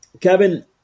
Kevin